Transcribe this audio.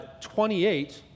28